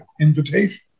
invitation